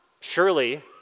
Surely